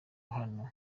hano